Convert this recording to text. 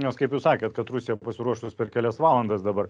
nes kaip jūs sakėt kad rusija pasiruošus per kelias valandas dabar